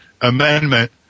amendment